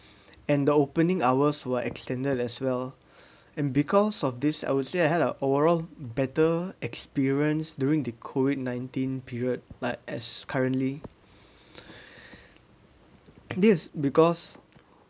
and the opening hours were extended as well and because of this I would say I had a overall better experience during the COVID nineteen period like as currently this because